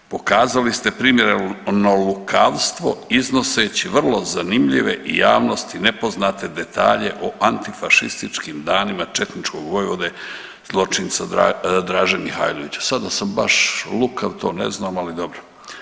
Pokazali ste primjereno lukavstvo iznoseći vrlo zanimljive i javnosti nepoznate detalje o antifašističkim danima četničkog vojvode zločinca Draža Mihajlovića.“ Sada da sam baš lukav, to ne znam, ali dobro.